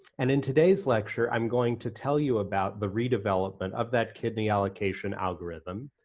and in today's lecture i'm going to tell you about the redevelopment of that kidney allocation algorithm.